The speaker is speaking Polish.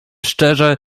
szczerze